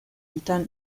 mietern